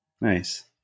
Nice